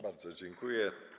Bardzo dziękuję.